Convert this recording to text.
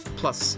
plus